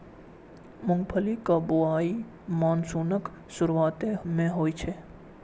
मूंगफलीक बुआई मानसूनक शुरुआते मे होइ छै